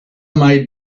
made